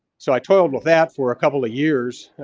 so i toiled with that for a couple of years.